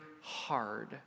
hard